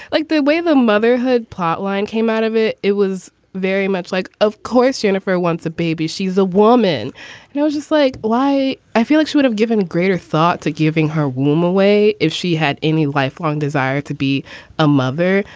like the way the motherhood plotline came out of it. it was very much like, of course, jennifer wants a baby. she's a woman now, just like blye. i feel like she would have given a greater thought to giving her womb away if she had any lifelong desire to be a mother.